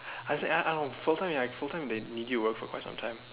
I said I don't know full time full time they need you to work for quite some time